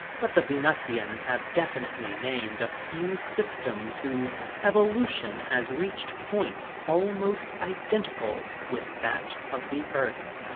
but the venusians have definitely named a few systems whose evolution has reached points almost identical with that of the earth.